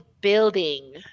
building